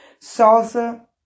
salsa